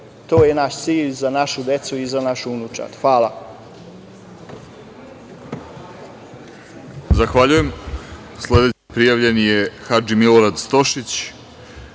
to je naš cilj za našu decu i našu unučad. Hvala.